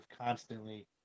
constantly